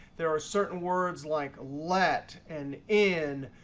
there are certain words like let and in,